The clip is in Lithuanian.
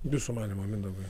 jūsų manymu mindaugas